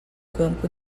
campo